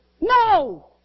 No